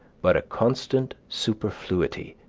but a constant superfluity,